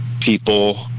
people